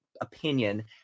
opinion